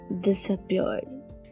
disappeared